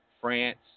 France